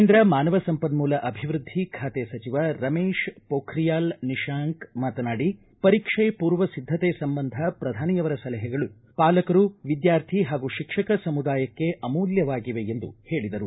ಕೇಂದ್ರ ಮಾನವ ಸಂಪನ್ಮೂಲ ಅಭಿವೃದ್ಧಿ ಖಾತೆ ಸಚಿವ ರಮೇಶ್ ಪೋಖ್ರಿಯಾಲ್ ನಿಶಾಂಕ್ ಮಾತನಾಡಿ ಪರೀಕ್ಷೆ ಪೂರ್ವ ಸಿದ್ಧತೆ ಸಂಬಂಧ ಪ್ರಧಾನಿಯವರ ಸಲಹೆಗಳು ಪಾಲಕರು ವಿದ್ಯಾರ್ಥಿ ಹಾಗೂ ಶಿಕ್ಷಕ ಸಮುದಾಯಕ್ಕೆ ಅಮೂಲ್ಟವಾಗಿವೆ ಎಂದು ಹೇಳಿದರು